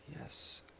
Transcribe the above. yes